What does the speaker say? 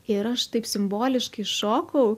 ir aš taip simboliškai šokau